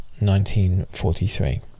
1943